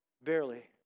Barely